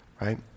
Right